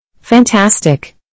Fantastic